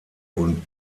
und